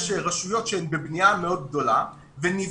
יש רשויות שהן בבנייה מאוד גדולה ונבדק